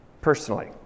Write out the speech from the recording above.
personally